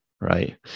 right